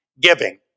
Giving